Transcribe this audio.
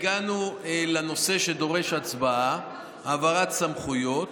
הגענו לנושא שדורש להצבעה: העברת סמכויות.